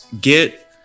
get